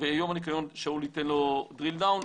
ויום הניקיון שאול ייתן לו drill down.